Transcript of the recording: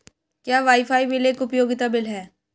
क्या wifi bill एक उपयोगिता बिल है?